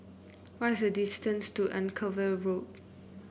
what is the distance to Anchorvale Road